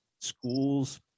schools